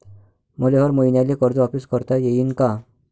मले हर मईन्याले कर्ज वापिस करता येईन का?